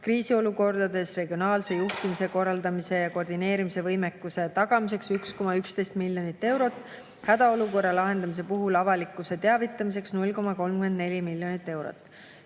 kriisiolukordades regionaalse juhtimise korraldamise ja koordineerimise võimekuse tagamiseks 1,11 miljonit eurot, hädaolukorra lahendamise puhul avalikkuse teavitamiseks 0,34 miljonit eurot.